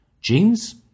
Jeans